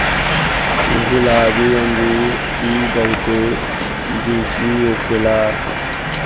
गुलाबी अंगूर इ बहुते जूसी होखेला